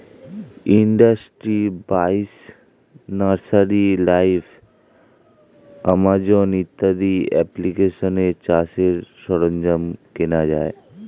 industry বাইশ, nursery live, Amazon ইত্যাদি অ্যাপ্লিকেশানে চাষের সরঞ্জাম কেনা যায়